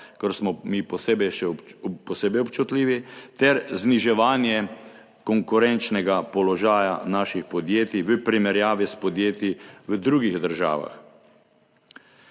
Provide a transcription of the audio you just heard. kar smo mi še posebej občutljivi, ter za zniževanje konkurenčnega položaja naših podjetij, v primerjavi s podjetji v drugih državah.